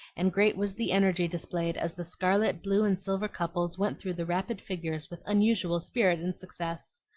and great was the energy displayed as the scarlet, blue, and silver couples went through the rapid figures with unusual spirit and success.